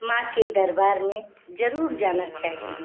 माँ के दरबार में जरूर जाना चाहिए